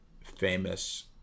famous